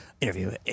interview